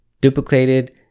duplicated